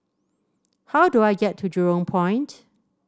how do I get to Jurong Point